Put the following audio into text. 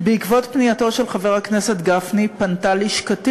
1 2. בעקבות פנייתו של חבר הכנסת גפני פנתה לשכתי